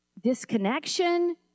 disconnection